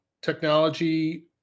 technology